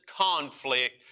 conflict